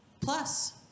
plus